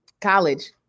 college